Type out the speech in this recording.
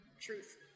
Truth